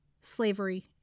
slavery